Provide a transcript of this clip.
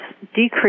decrease